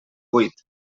buit